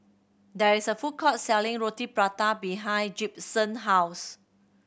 there is a food court selling Roti Prata behind Gibson house